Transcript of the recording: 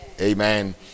Amen